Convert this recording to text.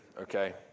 okay